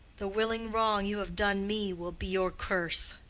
the willing wrong you have done me will be your curse.